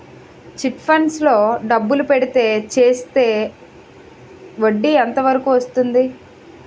Chit funds లో డబ్బులు పెడితే చేస్తే వడ్డీ ఎంత వరకు వస్తుంది?